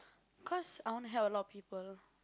cause I want to help a lot of people